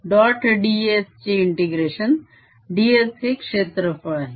ds चे integration ds हे क्षेत्रफळ आहे